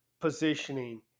positioning